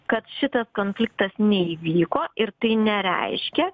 kad šitas konfliktas neįvyko ir tai nereiškia